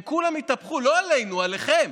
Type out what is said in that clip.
הם כולם התהפכו, לא עלינו, עליכם.